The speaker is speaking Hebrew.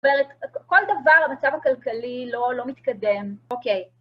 זאת אומרת, כל דבר, המצב הכלכלי לא מתקדם, אוקיי.